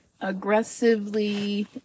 aggressively